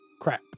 crap